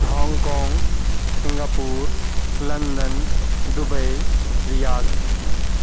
Hong Kong Singapore London Dubai Riyadh